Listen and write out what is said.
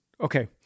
okay